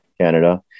Canada